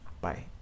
bye